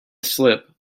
slip